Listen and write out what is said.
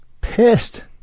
pissed